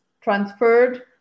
transferred